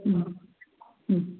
മ് മ്